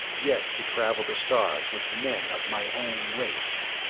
yet to travel the stars with men of my own race!